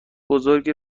بزرگی